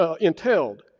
entailed